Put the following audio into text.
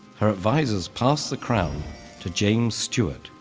her advisors passed the crown to james stewart,